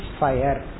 fire